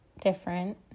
different